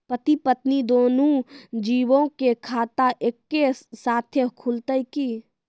पति पत्नी दुनहु जीबो के खाता एक्के साथै खुलते की?